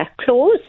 clause